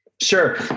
Sure